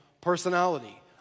personality